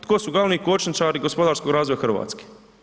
Tko su glavni kočničari gospodarskog razvoja Hrvatske?